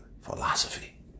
philosophy